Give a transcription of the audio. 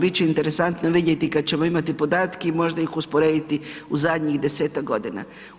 Bit će interesantno vidjeti kad ćemo imati podatke i možda ih usporediti u zadnjih 10-tak godina.